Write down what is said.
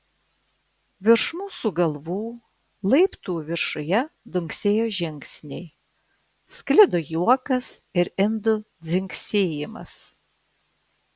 virš mūsų galvų laiptų viršuje dunksėjo žingsniai sklido juokas ir indų dzingsėjimas